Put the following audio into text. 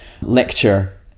lecture